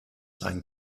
seinen